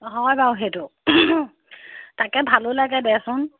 হয় বাৰু সেইটো তাকে ভালো লাগে দেচোন